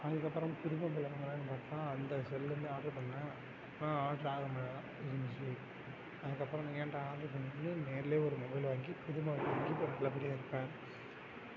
அதுக்கு அப்புறம் புது மொபைல் வாங்கலாம்னு பார்த்தா அந்த செல்லுமே ஆட்ரு பண்ணிணேன் அப்புறம் ஆட்ரு ஆகாமல் தான் இருந்துச்சு அதுக்கு அப்புறம் நீங்கள் ஏன்டா ஆட்ரு பண்ணணும்னு நேர்லேயே ஒரு மொபைல் வாங்கி புது மொபைல் வாங்கி இருப்பேன்